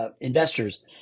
investors